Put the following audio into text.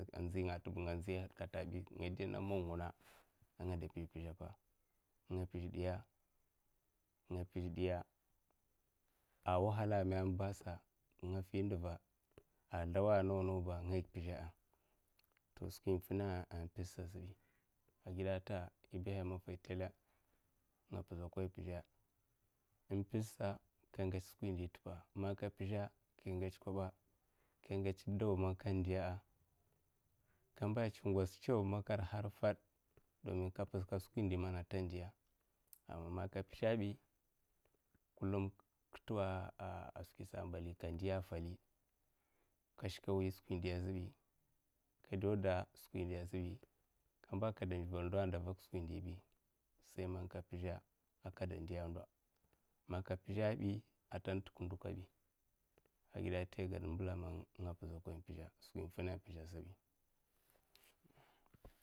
Innzi nga tin kaka nga nziyahedabi ngade ana mongona ngade pizh pizhape nga pizh diya a, wahala memembas nga fihduva a sldaw a naw nawba nga pizha'a, to skwi infina ai pizhsa ai zibi agidata ibaha ai maffai nga pizhakon a pizha in pizhsa ka ngats skwi indi tuppa man ka pizha kan ngats koba ka ngata daw man ka ndiya'a kamba tsi ngozi tso ko makar har fad dumin ka pizhkad skwi indi indi man ta ndiya'a, amaman ka pizhabi kullum ka tuskwisa ai mbali mbali ka ndiya fali. Kashikawi skwi ndi zhebi ka dawda skwi ndi zhebi kamba kada ndvel ndo a'devek skwi ndibi sai man ka pizha ai kadandiya'a, ndo man ka pizhabi a tanta ku ndo kabi agidata igwada inmbla nga pizhakon pizha skwi in fina gizhasabi.